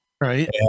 Right